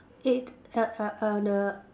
it uh uh on the